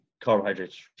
carbohydrates